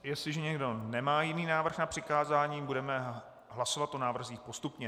Jestliže někdo nemá jiný návrh na přikázání, budeme hlasovat o návrzích postupně.